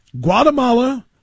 Guatemala